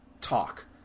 talk